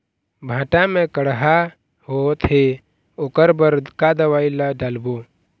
भांटा मे कड़हा होअत हे ओकर बर का दवई ला डालबो?